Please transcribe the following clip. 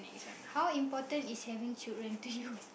this one how important is having children to you